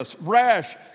rash